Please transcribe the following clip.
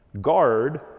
Guard